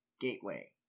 gateway